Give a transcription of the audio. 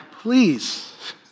please